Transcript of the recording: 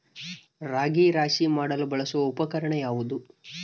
ರಾಗಿ ರಾಶಿ ಮಾಡಲು ಬಳಸುವ ಉಪಕರಣ ಯಾವುದು?